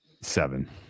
seven